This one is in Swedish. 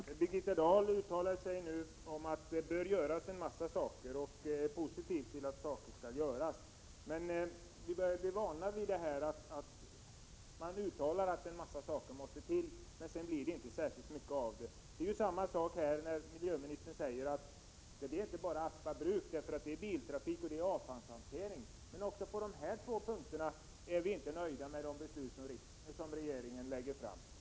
Herr talman! Birgitta Dahl uttalade sig nu om att det bör göras en massa saker och hon är positiv till att saker skall göras. Vi börjar dock bli vana vid att man uttalar sig om allt möjligt men att det sedan inte blir särskilt mycket av det. Det är samma sak när miljöministern säger att det inte bara är fråga om Aspa bruk, utan också om biltrafik och avfallshantering. Men inte heller på dessa två punkter är vi nöjda med de förslag som regeringen lägger fram.